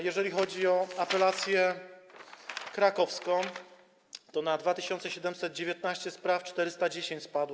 Jeżeli chodzi o apelację krakowską, to na 2719 spraw 410 spadło.